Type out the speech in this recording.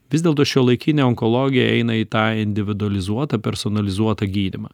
vis dėlto šiuolaikinė onkologija įeina į tą individualizuotą personalizuotą gydymą